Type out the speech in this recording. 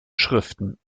schriften